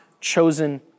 chosen